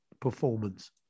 performance